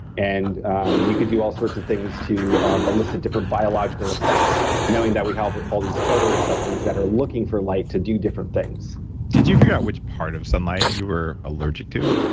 and you could do all sorts of things to elicit different biological effects, knowing that we have all these photoreceptors that are looking for light to do different things did you figure out which part of sunlight you were allergic to?